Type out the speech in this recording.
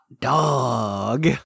dog